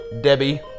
Debbie